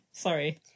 Sorry